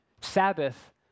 Sabbath